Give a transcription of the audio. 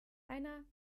heiner